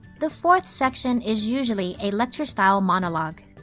the fourth section is usually a lecture style monologue.